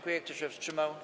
Kto się wstrzymał?